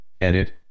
edit